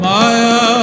Maya